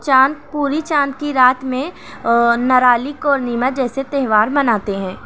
چاند پورے چاند کی رات میں نارلی پورنیما جیسے تہوار مناتے ہیں